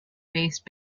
based